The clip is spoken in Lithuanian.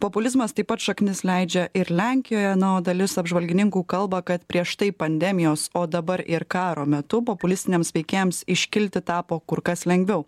populizmas taip pat šaknis leidžia ir lenkijoje na o dalis apžvalgininkų kalba kad prieš tai pandemijos o dabar ir karo metu populistiniams veikėjams iškilti tapo kur kas lengviau